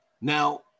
Now